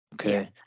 okay